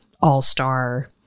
all-star